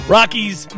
Rockies